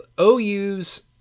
OU's